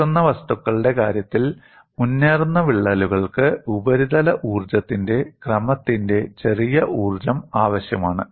പൊട്ടുന്ന വസ്തുക്കളുടെ കാര്യത്തിൽ മുന്നേറുന്ന വിള്ളലുകൾക്ക് ഉപരിതല ഊർജ്ജത്തിന്റെ ക്രമത്തിന്റെ ചെറിയ ഊർജ്ജം ആവശ്യമാണ്